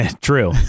true